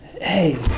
Hey